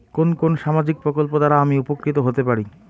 কোন কোন সামাজিক প্রকল্প দ্বারা আমি উপকৃত হতে পারি?